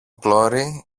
πλώρη